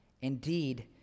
Indeed